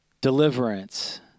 deliverance